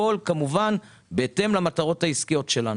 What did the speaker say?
הכול כמובן בהתאם למטרות העסקיות שלנו.